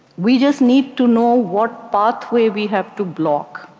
we just need to know what pathway we have to block.